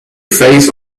phase